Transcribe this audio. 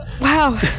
Wow